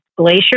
glacier